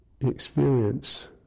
experience